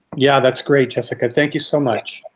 yeah, that's great, jessica thank you so much.